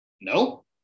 No